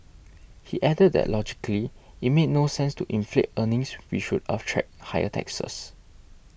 he added that logically it made no sense to inflate earnings which would attract higher taxes